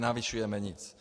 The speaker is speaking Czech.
Nenavyšujeme nic.